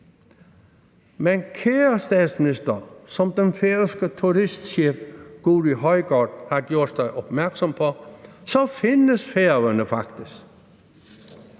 Men, kære statsminister, som den færøske turistchef Guðrið Højgaard har gjort opmærksom på, findes Færøerne faktisk.